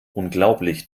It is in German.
unglaublich